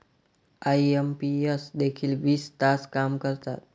IMPS देखील वीस तास काम करतात?